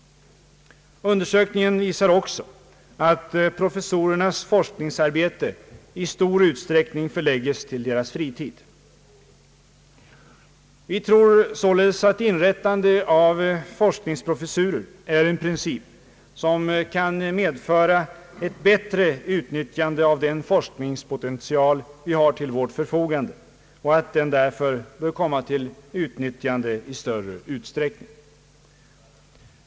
Undersökningen visar också att professorernas forskningsarbete i stor utsträckning förlägges till deras fritid. Vi tror således att inrättande av forskningsprofessurer är en princip, som kan medföra ett bättre utnyttjande av den forskningspotential vi har till vårt förfogande och att den därför bör användas i större utsträckning.